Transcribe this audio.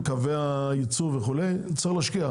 קווי הייצור וכו', צריך להשקיע.